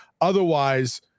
Otherwise